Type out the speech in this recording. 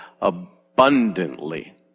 abundantly